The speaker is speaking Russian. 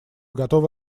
готовы